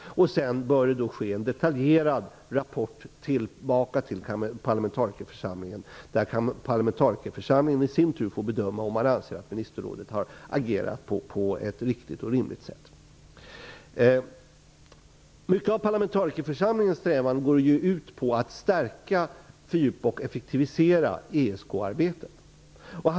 Sedan bör en detaljerad rapport gå tillbaka till parlamentarikerförsamlingen, som i sin tur kan få bedöma om ministerrådet har agerat på ett riktigt och rimligt sätt. Många av parlamentarikerförsamlingens strävanden går ju ut på att stärka, fördjupa och effektivisera ESK-arbetet.